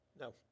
No